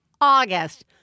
August